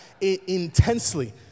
intensely